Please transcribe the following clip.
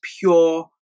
pure